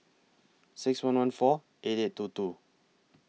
six one one four eight eight two two